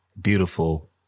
beautiful